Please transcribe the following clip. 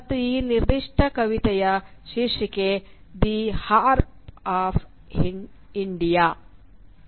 ಮತ್ತು ಈ ನಿರ್ದಿಷ್ಟ ಕವಿತೆಯ ಶೀರ್ಷಿಕೆ "ದಿ ಹಾರ್ಪ್ ಆಫ್ ಇಂಡಿಯಾ "